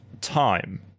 time